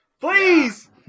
Please